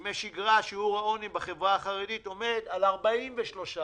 בימי שגרה שיעור העוני בחברה החרדית עומד על 43%,